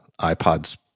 iPods